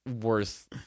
worth